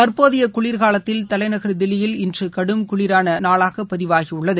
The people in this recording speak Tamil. தற்போதைய குளிர்காலத்தில் தலைநகர் தில்லியில் இன்று கடும் குளிரான நாளாக பதிவாகியுள்ளது